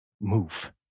move